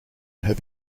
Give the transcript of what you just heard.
have